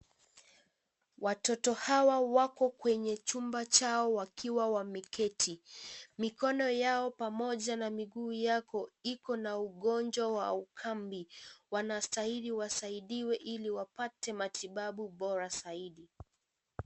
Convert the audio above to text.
Watoto hawa wako kwenye chumba Chao wakiwa wameketi. Mikono yao pamoja na miguu yao iko na ugonjwa wa ukambi. Wanastahili wasaidiwe ili wapate matibabu bora zaidi.